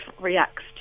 reacts